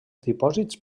dipòsits